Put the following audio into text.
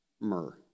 myrrh